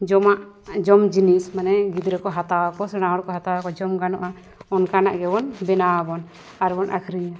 ᱡᱚᱢᱟᱜ ᱡᱚᱢ ᱡᱤᱱᱤᱥ ᱢᱟᱱᱮ ᱜᱤᱫᱽᱨᱟᱹ ᱠᱚ ᱦᱟᱛᱟᱣ ᱟᱠᱚ ᱥᱮᱬᱟ ᱦᱚᱲᱠᱚ ᱦᱟᱛᱟᱣ ᱟᱠᱚ ᱡᱚᱢ ᱜᱟᱱᱚᱜᱼᱟ ᱚᱱᱠᱟᱱᱟᱜ ᱜᱮᱵᱚᱱ ᱵᱮᱱᱟᱣᱟ ᱟᱵᱚᱱ ᱟᱨ ᱵᱚᱱ ᱟᱹᱠᱷᱨᱤᱧᱟ